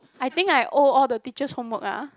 I think I owe all the teachers' homework ah